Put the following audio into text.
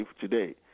today